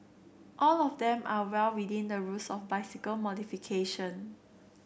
all of them are well within the rules of bicycle modification